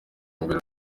imbere